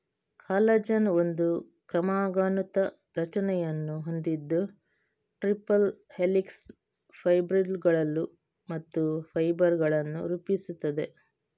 collagen ಒಂದು ಕ್ರಮಾನುಗತ ರಚನೆಯನ್ನು ಹೊಂದಿದ್ದು ಟ್ರಿಪಲ್ ಹೆಲಿಕ್ಸ್, ಫೈಬ್ರಿಲ್ಲುಗಳು ಮತ್ತು ಫೈಬರ್ ಗಳನ್ನು ರೂಪಿಸುತ್ತದೆ